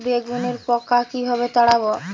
বেগুনের পোকা কিভাবে তাড়াব?